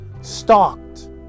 stalked